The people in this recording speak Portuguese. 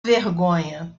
vergonha